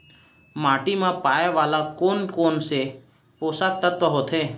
माटी मा पाए वाले कोन कोन से पोसक तत्व होथे?